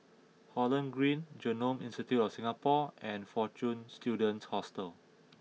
Holland Green Genome Institute of Singapore and Fortune Students Hostel